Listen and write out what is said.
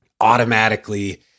automatically